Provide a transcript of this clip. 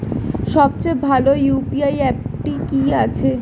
সবচেয়ে ভালো ইউ.পি.আই অ্যাপটি কি আছে?